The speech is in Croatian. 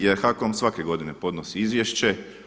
Jer HAKOM svake godine podnosi izvješće.